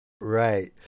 Right